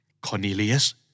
Cornelius